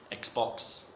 Xbox